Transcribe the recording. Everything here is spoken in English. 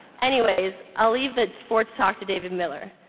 anyways, i'll leave that sports talk to david miller.